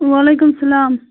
وعلیکُم سلام